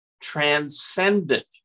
transcendent